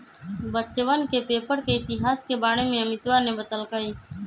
बच्चवन के पेपर के इतिहास के बारे में अमितवा ने बतल कई